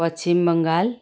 Paschim Bengal